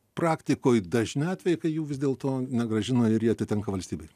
praktikoj dažni atvejai kai jų vis dėlto negrąžina ir jie atitenka valstybei